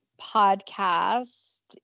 podcast